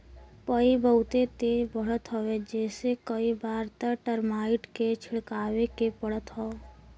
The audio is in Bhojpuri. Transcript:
पई बहुते तेज बढ़त हवे जेसे कई बार त टर्माइट के छिड़कवावे के पड़त हौ